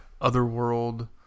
otherworld